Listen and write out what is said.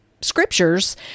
scriptures